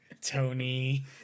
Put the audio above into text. Tony